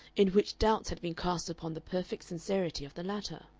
in which doubts had been cast upon the perfect sincerity of the latter.